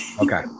Okay